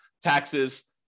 taxes